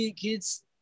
kids